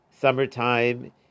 summertime